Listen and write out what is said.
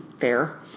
fair